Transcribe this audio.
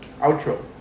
Outro